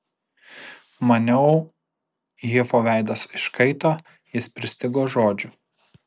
maniau hifo veidas iškaito jis pristigo žodžių